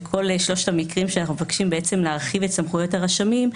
בכל שלושת המקרים שאנחנו מבקשים להרחיב בהם את סמכויות הרשמים,